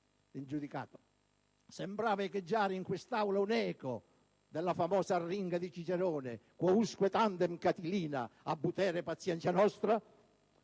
in giudicato.